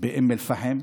באום אל-פחם.